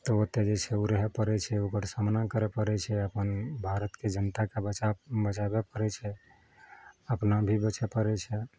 तऽ ओतए जे छै ओ रहए पड़ैत छै ओकर सामना करऽ पड़ैत छै अपन भारतके जनताके बचा बचाबऽ पड़ैत छै अपना भी बचऽ पड़ैत छै